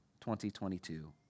2022